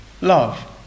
love